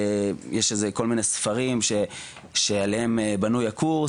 יש כל מיני ספרים שעליהם בנוי הקורס,